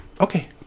Okay